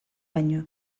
baino